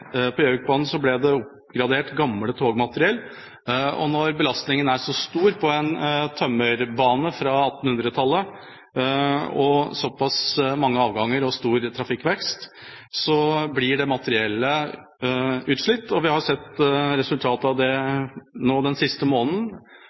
På Gjøvikbanen ble gammelt togmateriell oppgradert, og når belastningen er så stor på en tømmerbane fra 1800-tallet og det er såpass mange avganger og stor trafikkvekst, blir materiellet utslitt, og det har vi sett resultatet av